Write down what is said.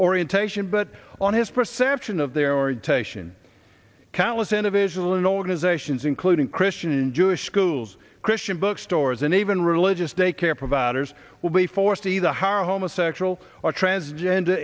orientation but on his perception of their orientation callous individual in organizations including christian jewish schools christian bookstores and even religious daycare providers well before see the hard homosexual or transgender